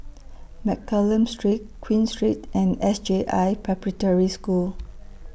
Mccallum Street Queen Street and S J I Preparatory School